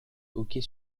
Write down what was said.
hockey